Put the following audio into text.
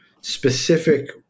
specific